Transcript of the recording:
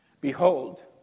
Behold